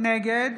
נגד